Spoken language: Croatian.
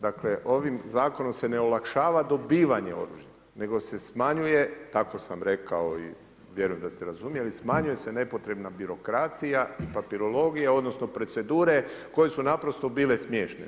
Dakle, ovim zakonom se ne olakšava dobivanje oružja, nego se smanjuje, tako sam rekao i vjerujem da ste razumjeli, smanjuje se nepotrebna birokracija i papirologija, odnosno, procedura, koje su naprosto bile smiješne.